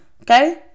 Okay